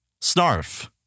Snarf